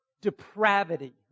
depravity